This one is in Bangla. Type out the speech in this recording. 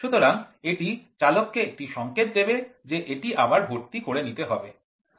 সুতরাং এটি চালককে একটি সংকেত দেবে যে এটি আবার ভর্তি করে নিতে হবে